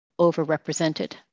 overrepresented